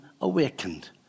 awakened